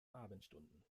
abendstunden